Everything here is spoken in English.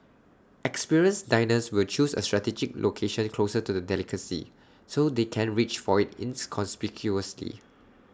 experienced diners will choose A strategic location closer to the delicacy so they can reach for IT inconspicuously